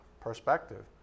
Perspective